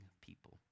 people